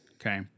Okay